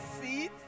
seats